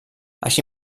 així